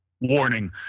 Warning